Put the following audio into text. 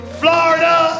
florida